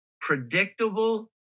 predictable